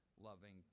loving